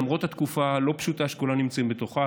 למרות התקופה הלא-פשוטה שכולם נמצאים בה,